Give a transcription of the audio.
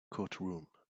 courtroom